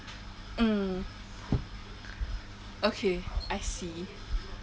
mm okay I see